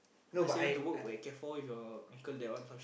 I thought you say you want to work where can for with your ankle that one some shit